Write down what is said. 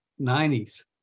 90s